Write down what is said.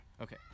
Okay